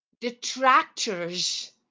detractors